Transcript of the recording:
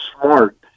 smart